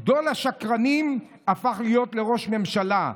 גדול השקרנים הפך להיות לראש ממשלה.